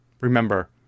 Remember